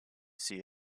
see